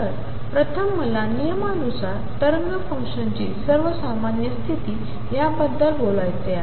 तर प्रथम मला नियमानुसार तरंग फंक्शन्सची सर्वसामान्य स्थिती या बद्दल बोलायचे आहे